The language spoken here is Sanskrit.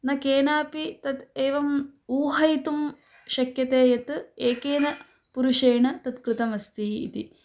न केनापि तत् एवम् ऊहयितुं शक्यते यत् एकेन पुरुषेण तत् कृतमस्ति इति